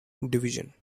division